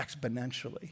exponentially